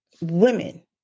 women